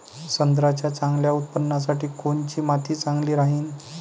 संत्र्याच्या चांगल्या उत्पन्नासाठी कोनची माती चांगली राहिनं?